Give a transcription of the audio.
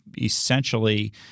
essentially